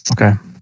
Okay